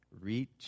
reach